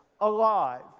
alive